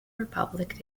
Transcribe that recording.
republic